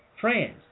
friends